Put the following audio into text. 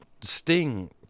Sting